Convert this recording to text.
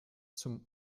zum